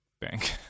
bank